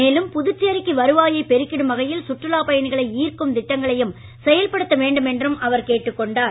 மேலும் புதுச்சேரிக்கு வருவாயை பெருக்கிடும் வகையில் சுற்றுலா பயணிகளை ஈர்க்கும் திட்டங்களையும் செயல்படுத்த வேண்டும் என்றும் அவர் கேட்டுக்கொண்டார்